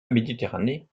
méditerranée